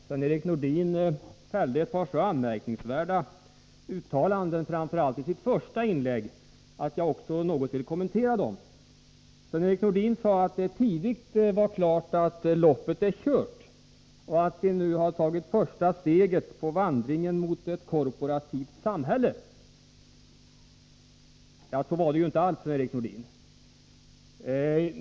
Herr talman! Sven-Erik Nordin fällde ett par så anmärkningsvärda uttalanden, framför allt i sitt första inlägg, att jag vill något kommentera dem. Sven-Erik Nordin sade att det tidigt var klart att loppet var kört och att vi nu har tagit första steget på vandringen mot ett korporativt samhälle. Så var det inte alls, Sven-Erik Nordin.